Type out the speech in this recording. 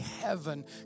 heaven